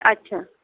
अच्छा